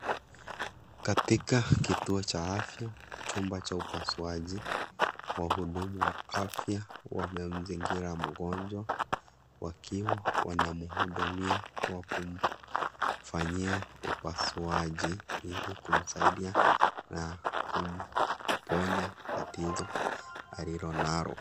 Katika kituo cha afya chumba cha upasuaji, wahudumu wa afya wamemzingira mgonjwa wakiwa wanamhudumia kwa kumfanyia upasuaji ili kumsaidia na kumponya tatizo alilonalo.